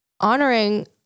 honoring